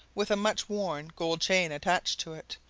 with a much-worn gold chain attached to it,